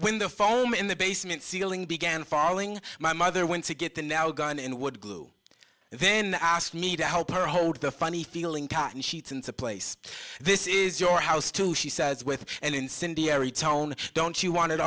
when the foam in the basement ceiling began falling my mother went to get the now gone in the wood glue then asked me to help her hold the funny feeling cotton sheets into place this is your house too she says with an incendiary tone don't you want it